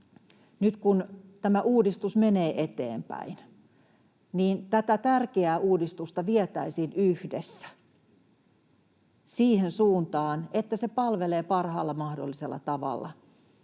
nyt, kun tämä uudistus menee eteenpäin, tätä tärkeää uudistusta vietäisiin yhdessä siihen suuntaan, että se palvelee parhaalla mahdollisella tavalla